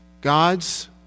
God's